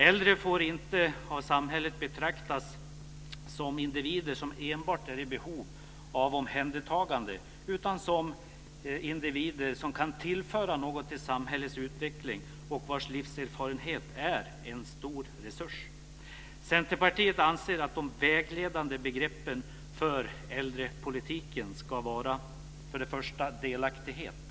Äldre får inte av samhället betraktas som individer som enbart är i behov av omhändertagande utan som individer som kan tillföra något till samhällets utveckling och vilkas livserfarenhet är en stor resurs. Centerpartiet anser att de vägledande begreppen för äldrepolitiken ska vara följande: För det första: Delaktighet.